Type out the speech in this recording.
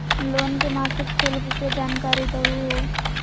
Loan के मासिक शुल्क के जानकारी दहु हो?